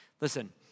Listen